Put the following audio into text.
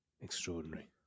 Extraordinary